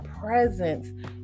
presence